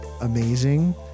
amazing